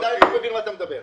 עדיין לא מבין על מה אתה מדבר.